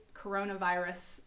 coronavirus